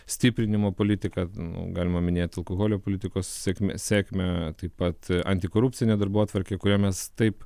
stiprinimo politiką nu galima minėt alkoholio politikos sėkme sėkme taip pat antikorupcinę darbotvarkę kurią mes taip